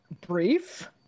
brief